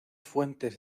fuentes